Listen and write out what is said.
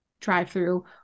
drive-through